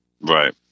Right